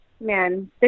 man